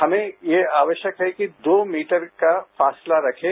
हमें यह आवश्यक है कि दो मीटर का फासला रखें